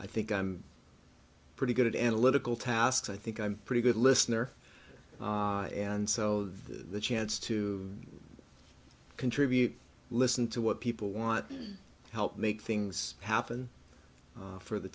i think i'm pretty good analytical tasks i think i'm pretty good listener and so the chance to contribute listen to what people want to help make things happen for the